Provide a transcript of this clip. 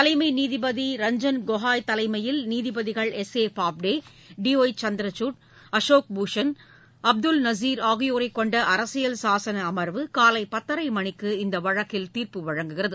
தலைமை நீதிபதி ரஞ்சன் கோகாய் தலைமையில் நீதிபதிகள் சந்திரகுட் அசோக் பூஷன் அப்துல் நசீர் ஆகியோரைக் கொண்ட அரசியல் சாசன அம்வு காலை பத்தரை மணிக்கு இந்த வழக்கில் தீர்ப்பு வழங்குகிறது